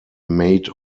made